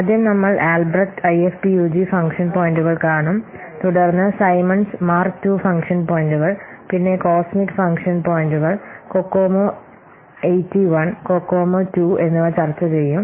ആദ്യം നമ്മൾ Albrecht IFPUG function പോയിന്റുകൾ Albrecht IFPUG function point കാണും തുടർന്ന് സൈമൺസ് മാർക്ക് II ഫംഗ്ഷൻ പോയിന്റുകൾ Symons Mark II function point പിന്നെ കോസ്മിക് ഫംഗ്ഷൻ പോയിന്റുകൾ കൊക്കോമോ 81 കൊക്കോമോ II എന്നിവ ചർച്ച ചെയ്യും